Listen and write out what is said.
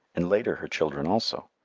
and later her children also.